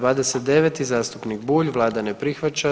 29. zastupnik Bulj, Vlada ne prihvaća.